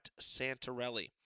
Santarelli